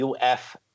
UF